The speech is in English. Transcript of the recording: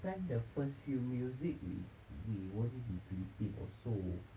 kan the first few music we won't be sleeping also